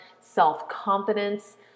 self-confidence